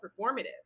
performative